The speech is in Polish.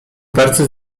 bardzo